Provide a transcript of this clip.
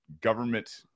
government